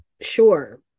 sure